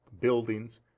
buildings